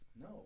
No